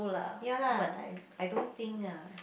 ya lah I don't think lah